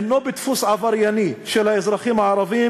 אינו בדפוס עברייני של האזרחים הערבים,